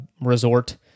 Resort